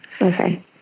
Okay